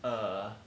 err